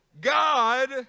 God